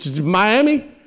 Miami